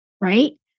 right